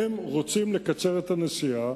הם רוצים לקצר את הנסיעה.